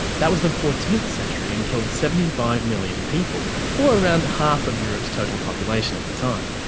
that was the fourteenth century, and killed seventy five million people, or around half of europe's total population at the time.